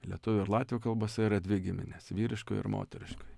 lietuvių ir latvių kalbose yra dvi giminės vyriškoji ir moteriškoji